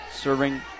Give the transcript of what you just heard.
serving